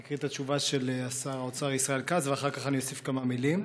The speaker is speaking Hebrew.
אני אקרא את התשובה של שר האוצר ישראל כץ ואחר כך אני אוסיף כמה מילים.